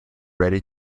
ready